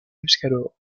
jusqu’alors